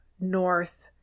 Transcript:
north